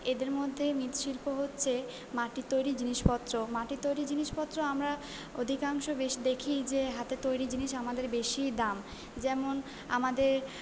এদের মধ্যে মৃৎ শিল্প হচ্ছে মাটির তৈরি জিনিসপত্র মাটির তৈরি জিনিসপত্র আমরা অধিকাংশ বেশ দেখি যে হাতে তৈরি জিনিস আমাদের বেশিই দাম যেমন আমাদের